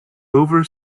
over